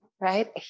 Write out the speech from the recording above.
right